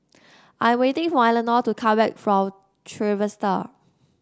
I waiting for Elenor to come back from Trevista